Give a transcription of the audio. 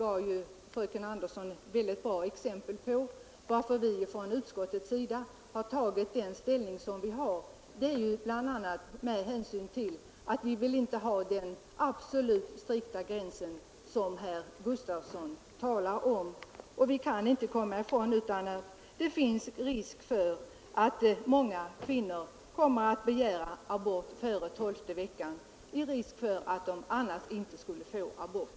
Jag tycker att fröken Andersson i sitt anförande mycket bra angav skälet till att vi i utskottet har intagit den ståndpunkt vi gjort, nämligen att vi inte vill ha den strikta gräns vid tolfte veckan som herr Gustavsson talar för. Vi kan nämligen inte bortse från att många kvinnor kommer att begära abort före den tolfte veckan, om de riskerar att i annat fall inte få någon abort.